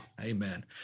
Amen